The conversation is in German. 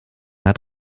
hat